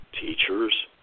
Teachers